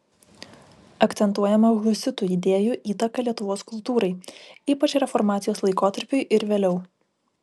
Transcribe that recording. akcentuojama husitų idėjų įtaka lietuvos kultūrai ypač reformacijos laikotarpiui ir vėliau